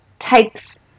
takes